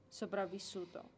sopravvissuto